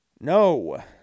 No